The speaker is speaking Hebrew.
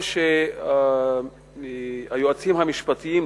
או שהיועצים המשפטיים,